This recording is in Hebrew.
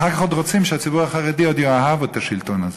אחר כך עוד רוצים שהציבור החרדי יאהב את השלטון הזה,